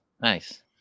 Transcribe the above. Nice